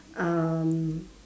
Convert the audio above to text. um